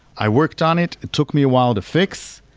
i worked on it. it took me a while to fix.